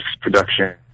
production